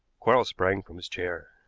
quarles sprang from his chair.